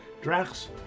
Drax